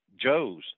Joes